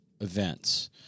events